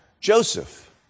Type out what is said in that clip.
Joseph